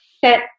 set